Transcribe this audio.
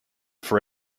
for